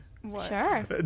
Sure